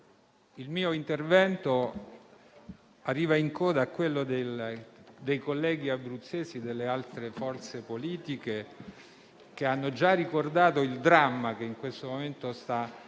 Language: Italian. il mio intervento arriva in coda a quello dei colleghi abruzzesi delle altre forze politiche che hanno già ricordato il dramma che in questo momento sta vivendo